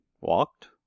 walked